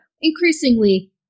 increasingly